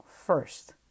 first